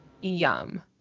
yum